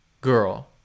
girl